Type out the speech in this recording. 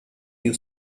you